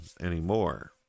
anymore